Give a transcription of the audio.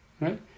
right